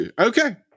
Okay